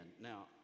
now